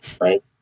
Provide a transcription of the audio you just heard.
right